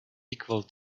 equal